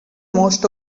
most